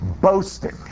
boasting